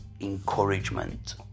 Encouragement